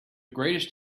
greatest